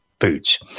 foods